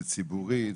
זה ציבורית?